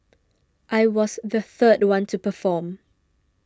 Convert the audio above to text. I was the third one to perform